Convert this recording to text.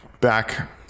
Back